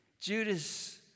Judas